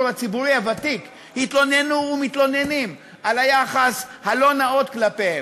הציבורי הוותיק התלוננו ומתלוננים על היחס הלא-נאות כלפיהם,